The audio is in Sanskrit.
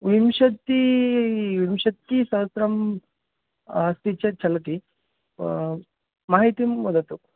विंशतिः विंशतिसहस्रम् अस्ति चेत् चलति माहितिं वदतु